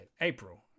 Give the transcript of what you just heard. April